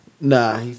Nah